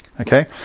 Okay